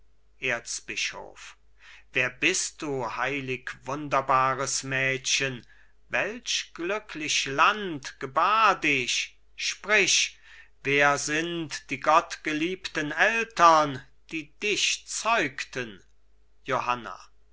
erzbischof wer bist du heilig wunderbares mädchen welch glücklich land gebar dich sprich wer sind die gottgeliebten eltern die dich zeugten johanna